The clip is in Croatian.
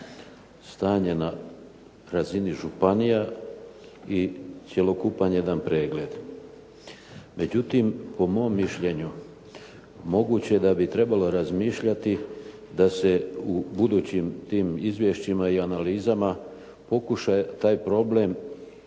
stanje na razini županija i cjelokupan jedan pregled. Međutim, po mom mišljenju moguće da bi trebalo razmišljati da se u budućim tim izvješćima i analizama pokuša taj problem iskazati